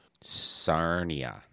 Sarnia